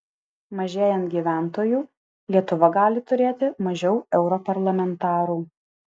mažėjant gyventojų lietuva gali turėti mažiau europarlamentarų